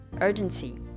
urgency